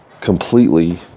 completely